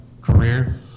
career